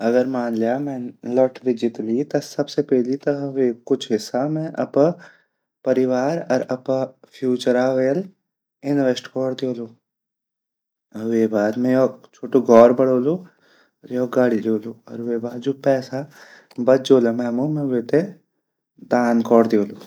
अगर मान लय मैन लाटरी जीत ली ता सबसे पहली ता मैं वेगु कुछ हिस्सा अपरा परिवार अर अपरा फ्यूचरा वेल इन्वेस्ट कोर दयोलू अर वेगा बाद मैं योक छोटू घोर बडोलू अर योक गाडी ल्योलु अर वेगा बाद जु पैसा बच जोला मैं मु मैं वेते दान कोर दयोलू।